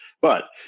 but-